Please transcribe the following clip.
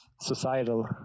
societal